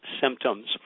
symptoms